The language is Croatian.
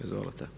Izvolite.